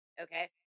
Okay